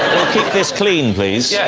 keep this clean, please. yeah